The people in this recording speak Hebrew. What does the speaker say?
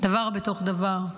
דבר בתוך דבר,